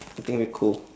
I think we're cool